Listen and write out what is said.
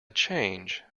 change